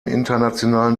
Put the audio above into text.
internationalen